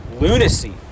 lunacy